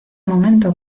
momento